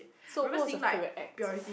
so who was your favourite act